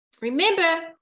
remember